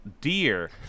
deer